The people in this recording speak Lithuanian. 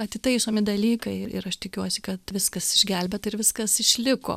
atitaisomi dalykai ir aš tikiuosi kad viskas išgelbėta ir viskas išliko